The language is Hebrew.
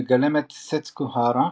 מגלמת סטסוקו הארה,